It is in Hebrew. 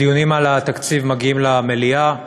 הדיונים על התקציב מגיעים למליאה,